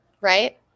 Right